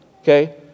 okay